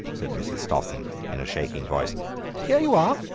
said mrs. stossen in a shaking voice here you are.